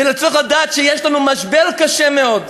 צריך לדעת שיש לנו משבר קשה מאוד.